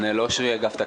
אושרה.